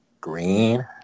green